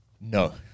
No